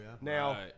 Now